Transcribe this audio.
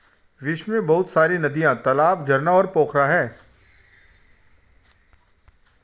विश्व में बहुत सारी नदियां, तालाब, झरना और पोखरा है